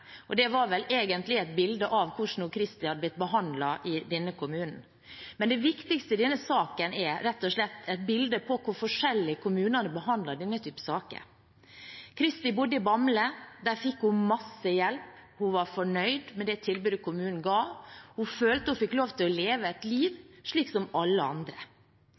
og det var vel egentlig et bilde på hvordan Christi har blitt behandlet i denne kommunen. Det viktigste i denne saken er rett og slett bildet av hvor forskjellig kommunene behandler slike saker. Christi bodde i Bamble. Der fikk hun masse hjelp, hun var fornøyd med det tilbudet kommunen ga, hun følte hun fikk lov til å leve et liv, slik som alle andre.